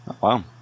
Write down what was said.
Wow